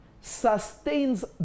sustains